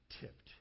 tipped